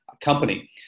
company